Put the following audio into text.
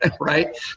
Right